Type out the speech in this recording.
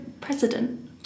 president